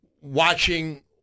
Watching